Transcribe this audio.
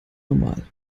normal